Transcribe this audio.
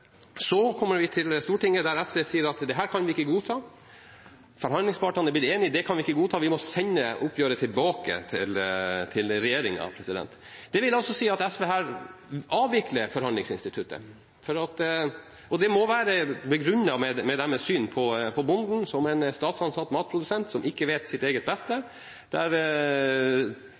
kan vi ikke godta, vi må sende oppgjøret tilbake til regjeringen. Det vil altså si at SV her avvikler forhandlingsinstituttet, og det må være begrunnet i deres syn på bonden som en statsansatt matprodusent som ikke vet sitt eget beste,